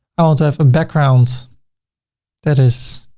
ah to have a background that is